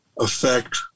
affect